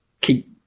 keep